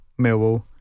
Millwall